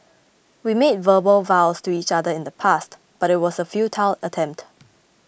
we made verbal vows to each other in the past but it was a futile attempt